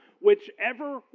whichever